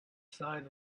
side